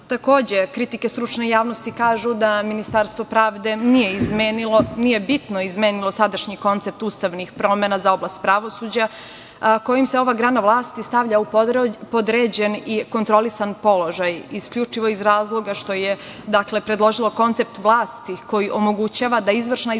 prava. Takođe, kritike stručne javnosti kažu da Ministarstvo pravde nije bitno izmenilo sadašnji koncept ustavnih promena za oblast pravosuđa kojim se ova grana vlasti stavlja u podređen i kontrolisan položaj, isključivo iz razloga što je predložilo koncept vlasti koji omogućava da izvršna i